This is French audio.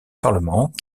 parlement